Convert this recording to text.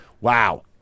Wow